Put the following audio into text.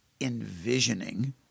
envisioning